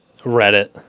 Reddit